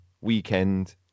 weekend